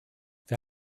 wir